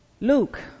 Luke